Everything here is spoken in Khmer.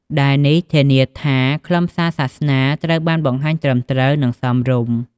ដែលនេះធានាថាខ្លឹមសារសាសនាត្រូវបានបង្ហាញត្រឹមត្រូវ និងសមរម្យ។